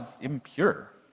impure